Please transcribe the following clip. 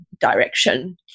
direction